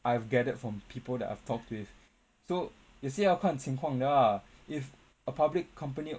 I have gathered from people that I have talked with so 也是要看情况的 ah if a public company